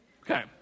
Okay